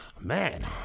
Man